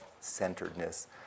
centeredness